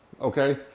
okay